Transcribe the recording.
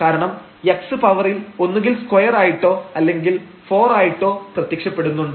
കാരണം x പവറിൽ ഒന്നുകിൽ സ്ക്വയർ ആയിട്ടോ അല്ലെങ്കിൽ 4 ആയിട്ടോ പ്രത്യക്ഷപ്പെടുന്നുണ്ട്